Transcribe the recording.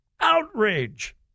outrage